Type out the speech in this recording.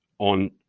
on